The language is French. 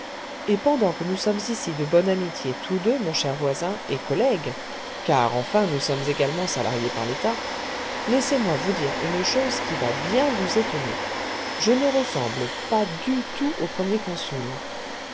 et pendant que nous sommes ici de bonne amitié tous deux mon cher voisin et collègue car enfin nous sommes également salariés par l'etat laissez-moi vous dire une chose qui va bien vous étonner je ne ressemble pas du tout au premier consul